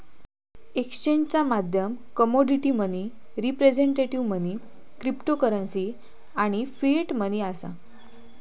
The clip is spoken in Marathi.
एक्सचेंजचा माध्यम commodity money, representative money, cryptocurrency आणि फिएट मनी असा